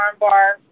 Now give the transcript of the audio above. armbar